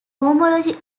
homology